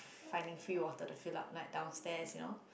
finding free water to fill up like downstairs you know